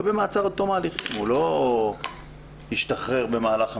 הוא לא ישתחרר במהלך המשפט.